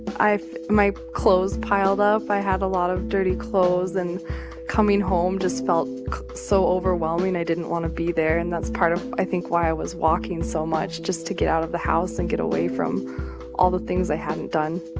i've my clothes piled up. i had a lot of dirty clothes. and coming home just felt so overwhelming. i didn't want to be there. and that's part of, i think, why i was walking so much, just to get out of the house and get away from all the things i hadn't done.